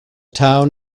town